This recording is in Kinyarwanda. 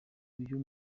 uyu